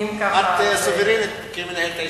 את סוברנית כמנהלת הישיבה.